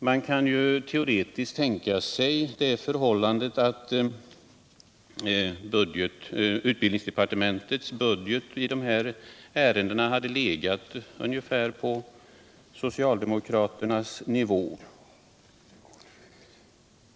Man kan ju teoretiskt tänka sig att utbildningsdepartementets budget i dessa ärenden hade legat ungefär på det socialdemokratiska förslagets nivå.